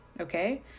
okay